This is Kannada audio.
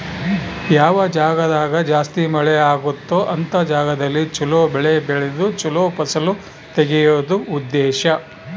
ಯಾವ ಜಾಗ್ದಾಗ ಜಾಸ್ತಿ ಮಳೆ ಅಗುತ್ತೊ ಅಂತ ಜಾಗದಲ್ಲಿ ಚೊಲೊ ಬೆಳೆ ಬೆಳ್ದು ಚೊಲೊ ಫಸಲು ತೆಗಿಯೋದು ಉದ್ದೇಶ